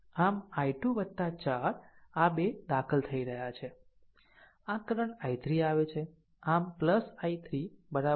આમi2 4 આ 2 દાખલ થઈ રહ્યા છે આ કરંટ i3 આવે છે